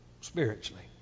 spiritually